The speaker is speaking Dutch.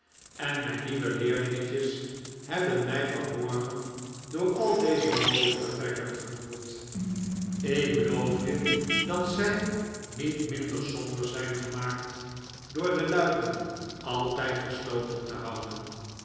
en mijn nieuwe leerlingetjes hebben mij vanmorgen door al deze mooie vertrekken gevoerd ik beloof je dat zij niet minder somber zijn gemaakt door de luiken altijd gesloten te houden